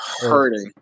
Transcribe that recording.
hurting